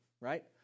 right